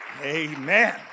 Amen